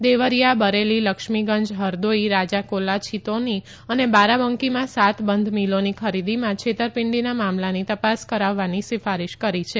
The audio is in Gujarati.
દેવરીયા બરેલી લક્ષ્મીગંજ હરદોઇ રાજાકોલા છિતૌની અને બારાબંકીમાં સાત બંધ મીલોની ખરીદીમાં છેતરપિંડીના મામલાની તપાસ કરાવવાની સિફારીશ કરી છે